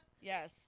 Yes